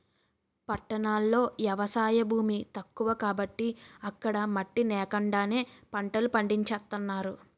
పట్టణాల్లో ఎవసాయ భూమి తక్కువ కాబట్టి అక్కడ మట్టి నేకండానే పంటలు పండించేత్తన్నారు